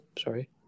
sorry